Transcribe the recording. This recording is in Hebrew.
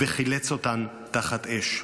וחילץ אותן תחת אש.